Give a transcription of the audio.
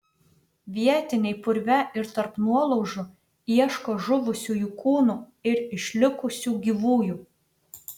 vietiniai purve ir tarp nuolaužų ieško žuvusiųjų kūnų ir išlikusių gyvųjų